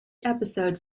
episode